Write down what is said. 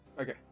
Okay